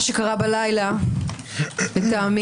מה שקרה בלילה לטעמי,